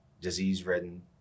disease-ridden